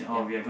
yeah